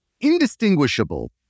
indistinguishable